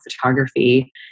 photography